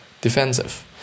defensive